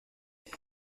elle